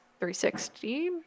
360